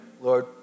Lord